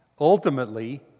ultimately